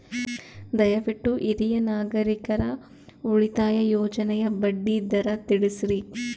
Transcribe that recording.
ದಯವಿಟ್ಟು ಹಿರಿಯ ನಾಗರಿಕರ ಉಳಿತಾಯ ಯೋಜನೆಯ ಬಡ್ಡಿ ದರ ತಿಳಸ್ರಿ